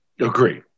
Agree